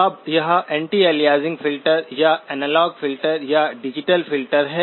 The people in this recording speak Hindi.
अब यह एंटी अलियासिंग फ़िल्टर या एनालॉग फ़िल्टर या डिजिटल फ़िल्टर है